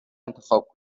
انتخاب